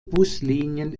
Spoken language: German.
buslinien